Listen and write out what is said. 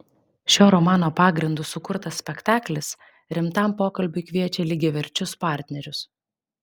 šio romano pagrindu sukurtas spektaklis rimtam pokalbiui kviečia lygiaverčius partnerius